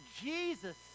Jesus